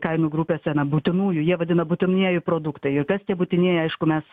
kainų grupėse na būtinųjų jie vadina būtinieji produktai ir kas tie būtinieji aišku mes